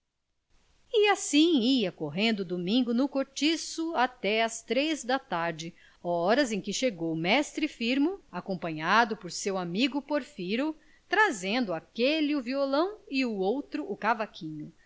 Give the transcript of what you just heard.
e assim ia correndo o domingo no cortiço até às três da tarde horas em que chegou mestre firmo acompanhado pelo seu amigo porfiro trazendo aquele o violão e o outro o cavaquinho